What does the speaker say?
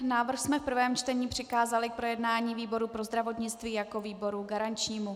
Návrh jsme v prvém čtení přikázali k projednání výboru pro zdravotnictví jako výboru garančnímu.